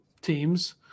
teams